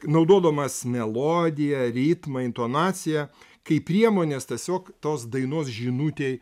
naudodamas melodiją ritmą intonaciją kaip priemones tiesiog tos dainos žinutei